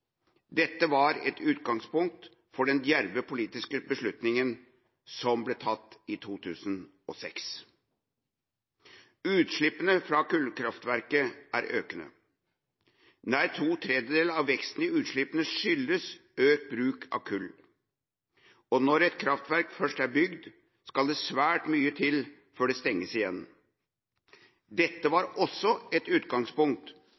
Dette var et utgangspunkt for den djerve politiske beslutninga som ble tatt i 2006. Utslippene fra kullkraftverk er økende. Nær to tredeler av veksten i utslipp skyldes økt bruk av kull, og når et kraftverk først er bygd, skal det svært mye til før det stenges ned igjen. Dette var også et utgangspunkt